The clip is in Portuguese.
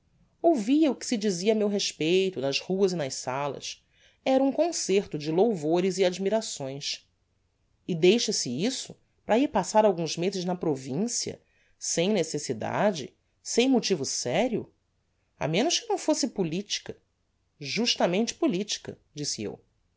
ouvia o que se dizia a meu respeito nas ruas e nas salas era um concerto de louvores e admirações e deixa-se isso para ir passar alguns mezes na provincia sem necessidade sem motivo serio a menos que não fosse politica justamente política disse eu